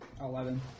Eleven